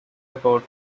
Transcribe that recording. about